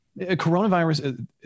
coronavirus